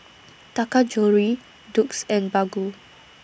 Taka Jewelry Doux and Baggu